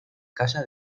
casa